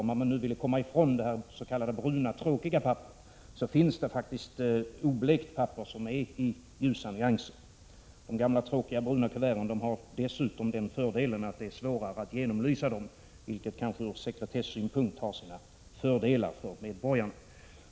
Om man nu vill komma ifrån det bruna tråkiga papperet, finns det faktiskt oblekt papper i ljusa nyanser. De gamla tråkiga bruna kuverten har dessutom den fördelen att det är svårare att genomlysa dem, vilket ur sekretessynpunkt kan vara en fördel för medborgarna.